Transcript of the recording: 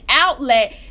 outlet